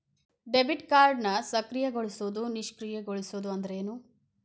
Debit ಕಾರ್ಡ್ನ ಸಕ್ರಿಯಗೊಳಿಸೋದು ನಿಷ್ಕ್ರಿಯಗೊಳಿಸೋದು ಅಂದ್ರೇನು?